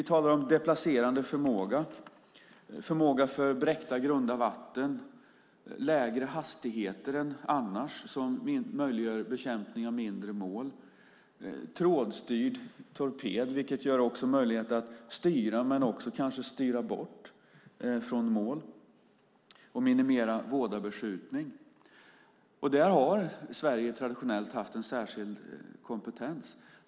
Vi talar om deplacerande förmåga, förmåga för bräckta och grunda vatten, lägre hastigheter än annars som möjliggör bekämpning av mindre mål, trådstyrd torped, vilket också ger möjligheter att styra men kanske också styra bort från mål och minimera vådabeskjutning. Där har Sverige traditionellt haft en särskild kompetens.